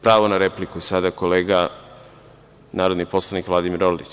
Pravo na repliku, kolega narodni poslanik Vladimir Orlić.